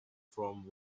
from